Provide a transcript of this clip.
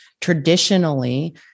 traditionally